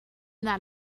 that